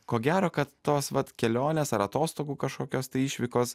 ko gero kad tos vat kelionės ar atostogų kažkokios tai išvykos